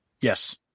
yes